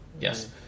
Yes